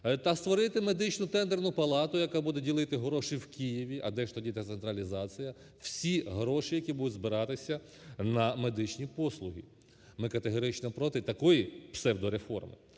та створити медичну тендерну палату, яка буде ділити гроші в Києві. А де ж тоді децентралізація? Всі гроші, які будуть збиратися га медичні послуги. Ми категорично проти такої псевдореформи.